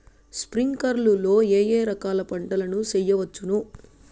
స్ప్రింక్లర్లు లో ఏ ఏ రకాల పంటల ను చేయవచ్చును?